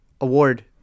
award